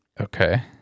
okay